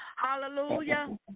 Hallelujah